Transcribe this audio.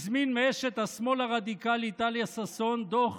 הזמין מאשת השמאל הרדיקלי טליה ששון דוח